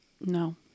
No